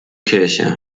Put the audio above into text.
kirche